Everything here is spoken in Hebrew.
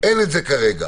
אין את זה כרגע.